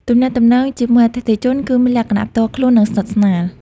ទំនាក់ទំនងជាមួយអតិថិជនគឺមានលក្ខណៈផ្ទាល់ខ្លួន និងស្និទ្ធស្នាល។